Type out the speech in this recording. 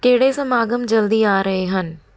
ਕਿਹੜੇ ਸਮਾਗਮ ਜਲਦੀ ਆ ਰਹੇ ਹਨ